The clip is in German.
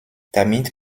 damit